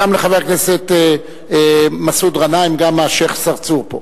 גם חבר הכנסת מסעוד גנאים וגם השיח' צרצור פה.